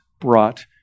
brought